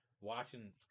watching